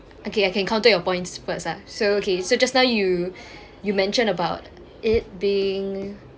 okay I can counter your points first ah so okay so just now you you mention about it being